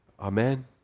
Amen